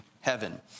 heaven